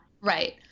right